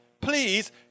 Please